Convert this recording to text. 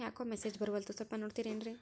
ಯಾಕೊ ಮೆಸೇಜ್ ಬರ್ವಲ್ತು ಸ್ವಲ್ಪ ನೋಡ್ತಿರೇನ್ರಿ?